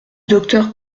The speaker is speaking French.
docteur